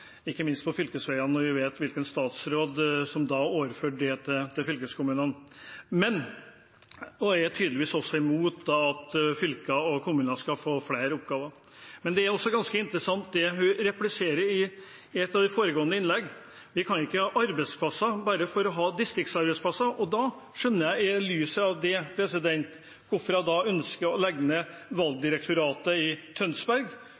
Ikke minst synes jeg det er særdeles interessant at samme representant tar opp vedlikeholdsetterslepet på fylkesveiene, når vi vet hvilken statsråd som overførte det til fylkeskommunene. Hun er tydeligvis også imot at fylker og kommuner skal få flere oppgaver. Det er også ganske interessant, det hun repliserer i et av de foregående innleggene – at vi ikke kan ha arbeidsplasser bare for å ha distriktsarbeidsplasser. I lys av det skjønner jeg hvorfor hun ønsker å legge ned Valgdirektoratet i Tønsberg